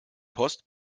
post